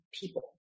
people